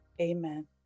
Amen